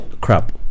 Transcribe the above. crap